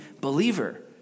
believer